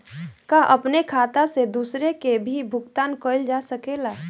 का अपने खाता से दूसरे के भी भुगतान कइल जा सके ला?